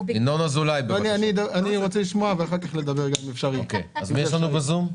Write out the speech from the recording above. מי נמצא איתנו בזום?